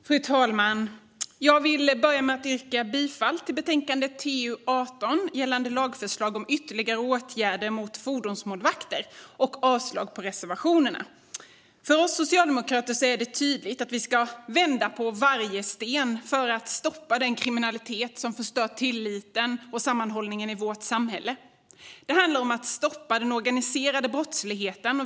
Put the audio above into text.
Fru talman! Jag vill börja med att yrka bifall till utskottets lagförslag i betänkande TU18 om ytterligare åtgärder mot fordonsmålvakter och avslag på reservationerna. För oss socialdemokrater är det tydligt att vi ska vända på varje sten för att stoppa den kriminalitet som förstör tilliten och sammanhållningen i vårt samhälle. Det handlar om att stoppa den organiserade brottsligheten.